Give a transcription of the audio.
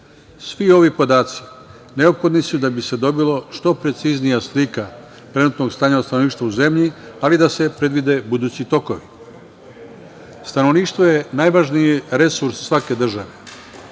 Svi ovi podaci neophodni su da bi se dobila što preciznija slika trenutnog stanja stanovništva u zemlji, ali da se predvide budući tokovi. Stanovništvo je najvažniji resurs svake države.